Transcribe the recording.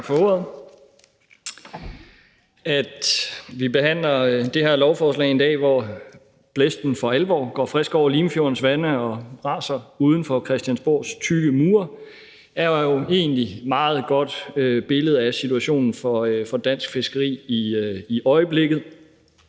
Tak for ordet. At vi behandler det her lovforslag på en dag, hvor blæsten for alvor går frisk over Limfjordens vande og raser uden for Christiansborgs tykke mure, er jo egentlig et meget godt billede på situationen for dansk fiskeri i øjeblikket.